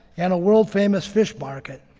and a world famous fish market.